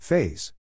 Phase